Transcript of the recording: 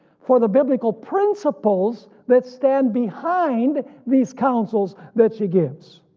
for the biblical principles that stand behind these councils that she gives.